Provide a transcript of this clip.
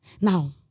Now